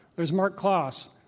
there's marc klaas,